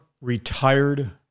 retired